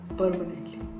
permanently